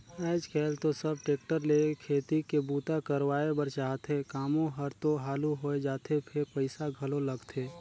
आयज कायल तो सब टेक्टर ले खेती के बूता करवाए बर चाहथे, कामो हर तो हालु होय जाथे फेर पइसा घलो लगथे